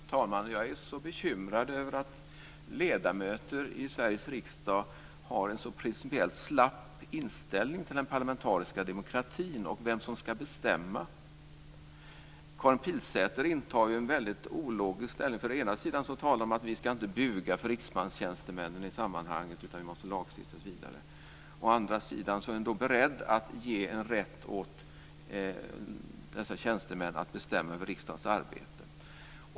Fru talman! Jag är bekymrad över att ledamöter i Sveriges riksdag har en så principiellt slapp inställning till den parlamentariska demokratin och vem som ska bestämma. Karin Pilsäter intar ju en väldigt ologisk ställning. Å ena sidan talar hon om att vi inte ska buga för riksbankstjänstemännen i sammanhanget utan vi måste lagstifta osv. Å andra sidan är hon beredd att ge rätt åt dessa tjänstemän att bestämma över riksdagens arbete.